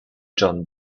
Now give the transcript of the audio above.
john